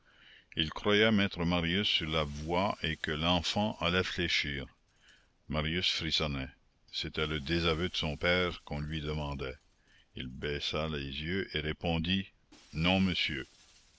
il croyait mettre marius sur la voie et que l'enfant allait fléchir marius frissonna c'était le désaveu de son père qu'on lui demandait il baissa les yeux et répondit non monsieur